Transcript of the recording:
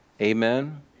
Amen